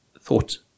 thought